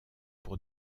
pour